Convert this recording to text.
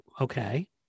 okay